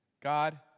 God